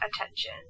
attention